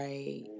Right